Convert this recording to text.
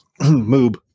moob